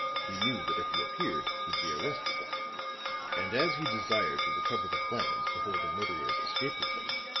he knew that if he appeared he'd be arrested and as he desired to recover the plans before the murderers escaped with them,